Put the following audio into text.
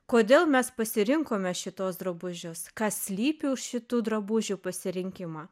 kodėl mes pasirinkome šituos drabužius kas slypi už šitų drabužių pasirinkimą